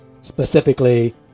specifically